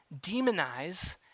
demonize